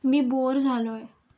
मी bore झालो आहे